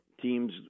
teams